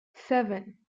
seven